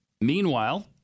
meanwhile